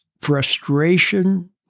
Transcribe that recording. frustration